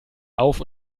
auf